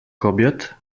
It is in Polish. kobiet